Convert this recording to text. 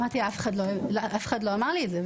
אמרתי לה: אף אחד לא אמר לי את זה.